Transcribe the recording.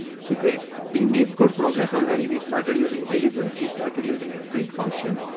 so great! we made good progress already. we started using variables. we've started using the print function.